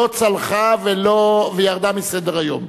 לא צלחה וירדה מסדר-היום.